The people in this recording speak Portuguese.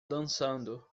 dançando